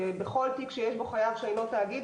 כי בכל תיק שיש בו חייב שאינו תאגיד,